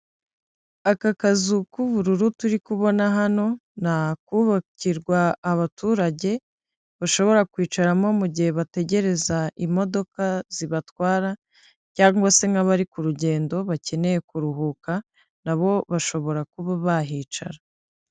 Aka kazu k'ubururu turi kubona hano, ni akubakirwa abaturage bashobora kwicaramo mu gihe bategereza imodoka zibatwara cyangwa se nk'abari ku rugendo bakeneye kuruhuka na bo bashobora kuba bahicara.